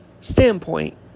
standpoint